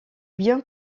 bien